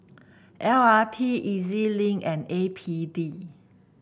L R T E Z Link and A P D